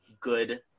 good